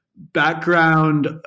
background